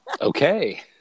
Okay